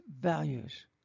values